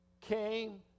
came